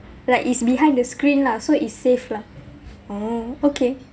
like it's behind the screen lah so it's safe lah oo okay